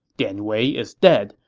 dian wei is dead,